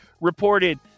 reported